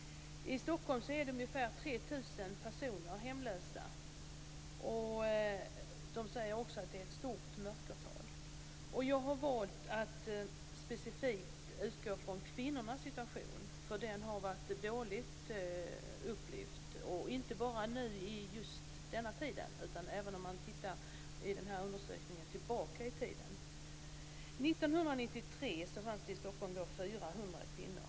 I Stockholm finns det ungefär 3 000 hemlösa, och det finns ett stort mörkertal. Jag har valt att specifikt utgå från kvinnornas situation, eftersom den har varit dåligt belyst, inte bara nu utan även längre tillbaka i tiden. År 1993 fanns det 400 hemlösa kvinnor i Stockholm.